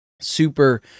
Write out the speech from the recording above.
super